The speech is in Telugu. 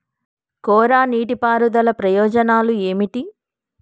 కోరా నీటి పారుదల ప్రయోజనాలు ఏమిటి?